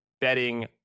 betting